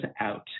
out